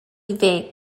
vague